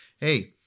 hey